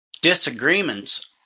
disagreements